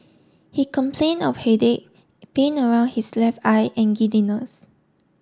he complain of headache pain around his left eye and giddiness